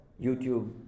YouTube